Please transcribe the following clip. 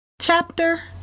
chapter